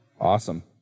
Awesome